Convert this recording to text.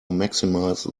maximize